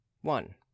One